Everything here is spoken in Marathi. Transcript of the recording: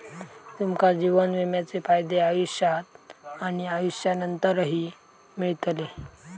तुमका जीवन विम्याचे फायदे आयुष्यात आणि आयुष्यानंतरही मिळतले